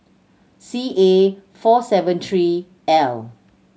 C A four seven three L